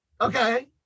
Okay